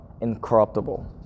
incorruptible